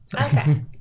Okay